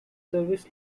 service